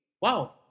wow